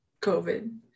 COVID